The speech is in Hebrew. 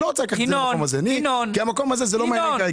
אני לא רוצה לקחת את זה למקום הזה כי המקום הזה זה לא מעניין כרגע.